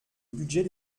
budget